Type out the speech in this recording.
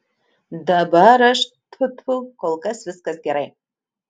dabar aš tfu tfu kol kas viskas gerai